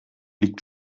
liegt